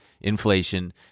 inflation